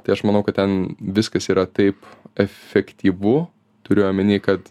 tai aš manau kad ten viskas yra taip efektyvu turiu omeny kad